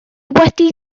wedi